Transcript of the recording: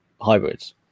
hybrids